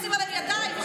צריך לשים עליהם ידיים.